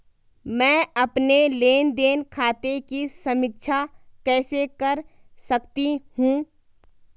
मैं अपने लेन देन खाते की समीक्षा कैसे कर सकती हूं?